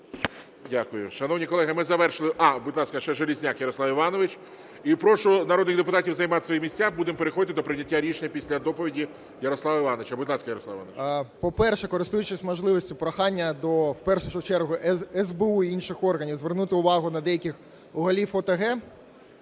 Дякую. Шановні колеги, ми завершили… А, будь ласка, ще Железняк Ярослав Іванович. І прошу народних депутатів займати свої місця, будемо переходити до прийняття рішення після доповіді Ярослава Івановича. Будь ласка, Ярослав Іванович. 13:23:20 ЖЕЛЕЗНЯК Я.І. По-перше, користуючись можливістю, прохання до в першу чергу СБУ, інших органів звернути увагу на деяких голів ОТГ,